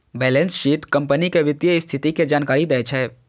balance sheet company के वित्तीय स्थिति के जानकारी दै छै